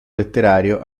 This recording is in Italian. letterario